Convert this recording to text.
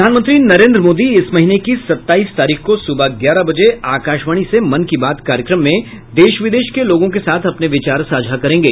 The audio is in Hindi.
प्रधानमंत्री नरेन्द्र मोदी इस महीने की सताईस तारीख को सुबह ग्यारह बजे आकाशवाणी से मन की बात कार्यक्रम में देश विदेश के लोगों के साथ अपने विचार साझा करेंगे